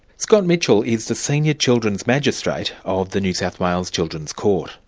scott mitchell is the senior children's magistrate of the new south wales children's court.